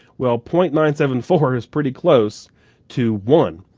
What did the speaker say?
well point nine seven four is pretty close to one.